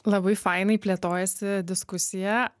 labai fainai plėtojasi diskusija